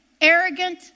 arrogant